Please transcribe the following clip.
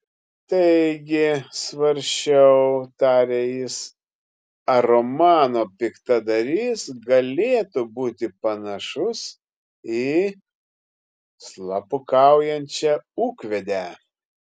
taigi svarsčiau tarė jis ar romano piktadarys galėtų būti panašus į slapukaujančią ūkvedę